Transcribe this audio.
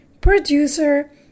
producer